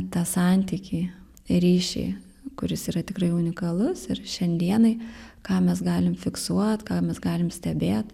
tą santykį ryšį kuris yra tikrai unikalus ir šiandienai ką mes galim fiksuot ką mes galim stebėt